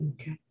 Okay